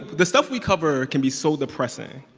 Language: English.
the stuff we cover can be so depressing,